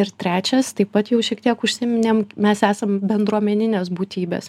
ir trečias taip pat jau šiek tiek užsiminėm mes esam bendruomeninės būtybės